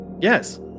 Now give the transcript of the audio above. Yes